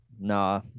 Nah